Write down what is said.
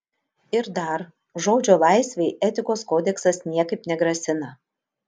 ir dar žodžio laisvei etikos kodeksas niekaip negrasina